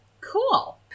Cool